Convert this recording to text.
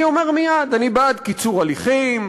אני אומר מייד: אני בעד קיצור הליכים,